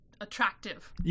attractive